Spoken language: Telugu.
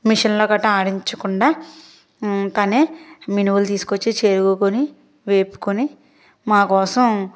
మిషన్లో గట్ట ఆడించకుండా తనే మినుములు తీసుకొచ్చి చెరుగుకొని వేపుకొని మాకోసం